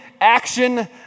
action